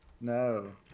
No